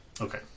Okay